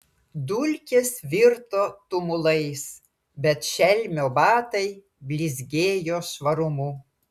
dulkės virto tumulais bet šelmio batai blizgėjo švarumu